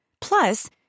Plus